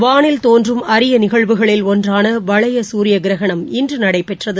வானில் தோன்றும் அரியநிகழ்வுகளில் ஒன்றானவளையசூரியகிரகணம் இன்றுநடைபெற்றது